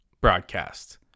broadcast